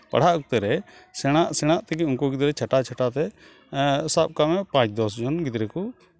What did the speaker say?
ᱯᱟᱲᱦᱟᱜ ᱚᱠᱛᱮ ᱨᱮ ᱥᱮᱱᱚᱜ ᱥᱮᱱᱚᱜ ᱛᱮᱜᱮ ᱩᱱᱠᱩ ᱜᱤᱫᱽᱨᱟᱹ ᱪᱷᱟᱴᱟᱣ ᱪᱷᱟᱴᱟᱣᱛᱮ ᱥᱟᱵ ᱠᱟᱜ ᱢᱮ ᱯᱟᱸᱪ ᱫᱚᱥ ᱡᱚᱱ ᱜᱤᱫᱽᱨᱟᱹ ᱠᱚ